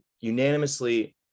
unanimously